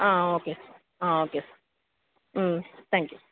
okay okay thank you